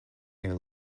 their